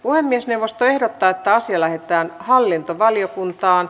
puhemiesneuvosto ehdottaa että asia lähetetään hallintovaliokuntaan